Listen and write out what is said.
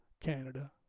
Canada